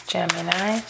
Gemini